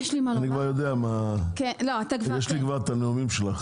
אני כבר יודע, יש לי כבר את הנושאים שלך